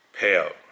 payout